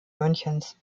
münchens